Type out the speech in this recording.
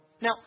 Now